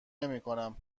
نمیکنم